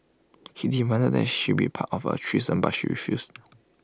he demanded that she be part of A threesome but she refused